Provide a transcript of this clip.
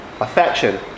affection